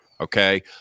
okay